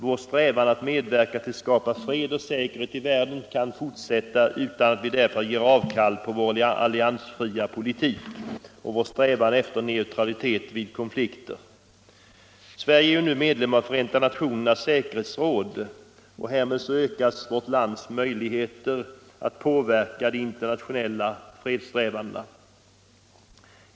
Vår strävan att medverka till att skapa fred och säkerhet i världen kan fortsätta utan att vi därför ger avkall på vår alliansfria politik och vår strävan efter neutralitet vid konflikter. Sverige är nu medlem av Förenta nationernas säkerhetsråd, och därmed ökas vårt lands möjligheter att påverka de internationella fredssträvandena.